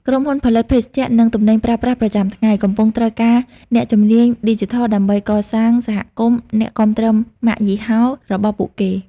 ក្រុមហ៊ុនផលិតភេសជ្ជៈ និងទំនិញប្រើប្រាស់ប្រចាំថ្ងៃ កំពុងត្រូវការអ្នកជំនាញឌីជីថលដើម្បីកសាងសហគមន៍អ្នកគាំទ្រម៉ាកយីហោរបស់ពួកគេ។